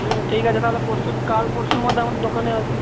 হুম ঠিক আছে তাহলে পরশুর কাল পরশুর মধ্যে আমার দোকানে আসিস